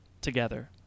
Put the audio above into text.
together